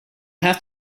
have